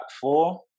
four